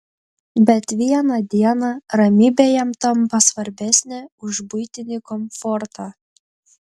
bet vieną dieną ramybė jam tampa svarbesnė už buitinį komfortą